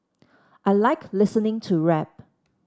I like listening to rap